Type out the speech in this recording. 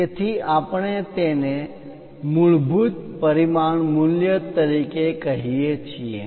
તેથી આપણે તેને મૂળભૂત પરિમાણ મૂલ્ય તરીકે કહીએ છીએ